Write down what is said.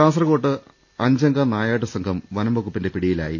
കാസർകോട്ട് അഞ്ചംഗ നായാട്ട് സംഘം വനംവകുപ്പിന്റെ പിടി യിലായി